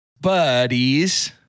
buddies